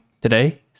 today